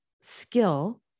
skill